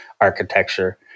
architecture